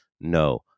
No